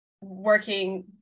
working